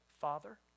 Father